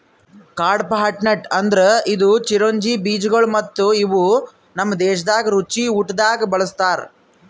ಕಡ್ಪಾಹ್ನಟ್ ಅಂದುರ್ ಇದು ಚಿರೊಂಜಿ ಬೀಜಗೊಳ್ ಮತ್ತ ಇವು ನಮ್ ದೇಶದಾಗ್ ರುಚಿ ಊಟ್ದಾಗ್ ಬಳ್ಸತಾರ್